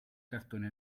cartone